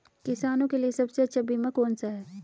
किसानों के लिए सबसे अच्छा बीमा कौन सा है?